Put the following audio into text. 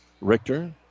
Richter